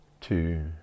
two